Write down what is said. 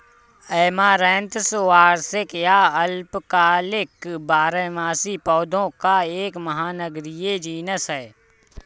amaranthus वार्षिक या अल्पकालिक बारहमासी पौधों का एक महानगरीय जीनस है